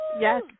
Yes